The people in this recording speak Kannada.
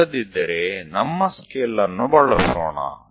ಇಲ್ಲದಿದ್ದರೆ ನಮ್ಮ ಸ್ಕೇಲ್ ಅನ್ನು ಬಳಸೋಣ